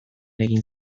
egin